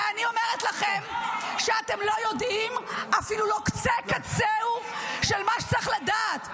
ואני אומרת לכם שאתם לא יודעים אפילו לא קצה-קצהו של מה שצריך לדעת.